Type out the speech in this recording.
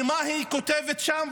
מה היא כותבת שם?